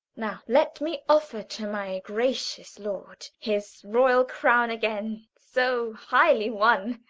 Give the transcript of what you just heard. now let me offer to my gracious lord his royal crown again so highly won.